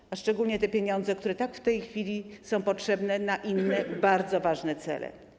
Chodzi szczególnie o pieniądze, które w tej chwili są potrzebne na inne bardzo ważne cele.